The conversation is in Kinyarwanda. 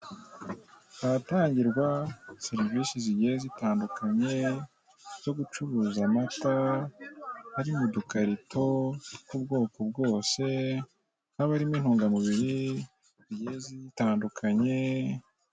Ahatangirwa serivisi zigiye zitandukanye zo gucuruza amata, ari mu dukarito tw'ubwoko bwose haba harimo intungamubiri zigiye zitandukanye.